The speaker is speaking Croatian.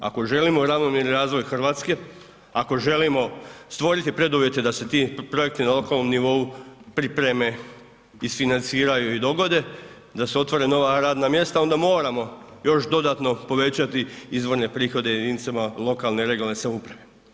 Ako želimo ravnomjeran razvoj RH, ako želimo stvoriti preduvjete da se ti projekti na lokalnom nivou pripreme, isfinanciraju i dogode, da se otvore nova radna mjesta, onda moramo još dodatno povećati izvorne prihode jedinicama lokalne i regionalne samouprave.